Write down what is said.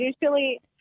Usually